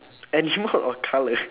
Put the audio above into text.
animal or colours